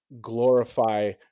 glorify